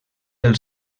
del